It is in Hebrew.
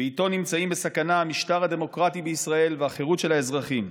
ואיתו נמצאים בסכנה המשטר הדמוקרטי בישראל והחירות של האזרחים.